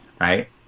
right